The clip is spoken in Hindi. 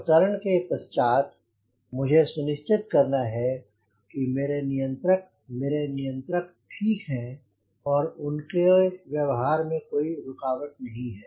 अवतरण के पश्चात् मुझे सुनिश्चित करना है कि मेरे नियंत्रक मेरे नियंत्रक ठीक हैं और उनके व्यवहार में कोई रुकावट नहीं है